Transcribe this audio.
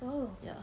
oh